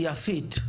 יפית,